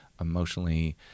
emotionally